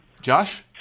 Josh